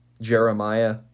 Jeremiah